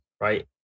right